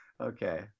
okay